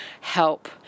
help